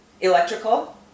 electrical